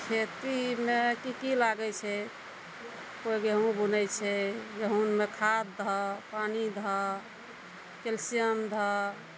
खेतीमे की की लागै छै कोइ गेहूँ बुनै छै गेहूँमे खाद दहऽ पानि दहऽ कैल्सियम दहऽ